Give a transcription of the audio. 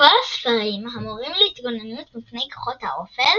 בכל הספרים המורים להתגוננות מפני כוחות האופל